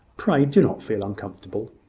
pray do not feel uncomfortable.